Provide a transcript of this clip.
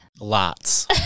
Lots